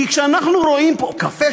כי כשאנחנו רואים, קפה,